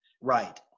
Right